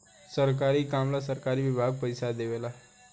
सरकारी काम ला सरकारी विभाग पइसा देवे ला